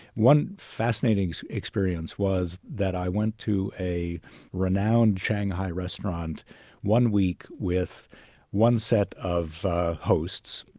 one fascinating experience was that i went to a renowned shanghai restaurant one week with one set of hosts,